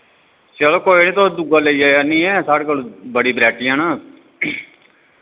चलो कोई नि तुस दूआ लेई जायो आह्ननियै साढ़े कोल बड़ी बराइटियां न